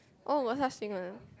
oh got such thing [one] ah